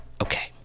Okay